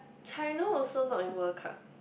China also not in World Cup